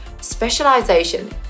specialization